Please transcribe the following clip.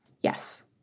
Yes